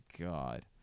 God